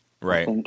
Right